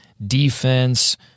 defense